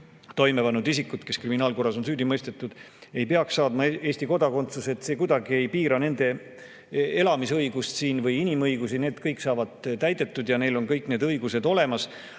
toime pannud isik, kes kriminaalkorras on süüdi mõistetud, ei peaks saama Eesti kodakondsust. See [seaduseelnõu] kuidagi ei piira nende siin elamise õigust või inimõigusi. Need kõik saavad täidetud ja neil on kõik need õigused olemas.